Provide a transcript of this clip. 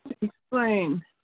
Explain